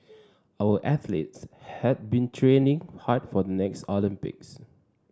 our athletes have been training hard for the next Olympics